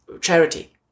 charity